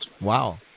wow